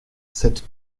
cette